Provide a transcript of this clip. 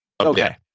Okay